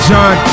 John